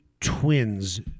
twins